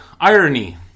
irony